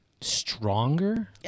stronger